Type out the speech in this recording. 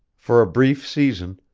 for a brief season,